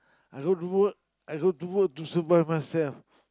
I go to work I go to work to survive myself